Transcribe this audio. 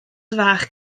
fach